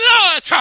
Lord